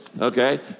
okay